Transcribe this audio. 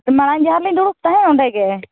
ᱢᱟᱲᱟᱝ ᱡᱟᱦᱟᱸᱨᱮᱞᱤᱧ ᱫᱩᱲᱩᱵ ᱛᱟᱦᱮᱸᱫ ᱚᱸᱰᱮᱜᱮ